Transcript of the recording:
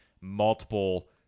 multiple